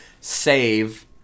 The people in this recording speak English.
save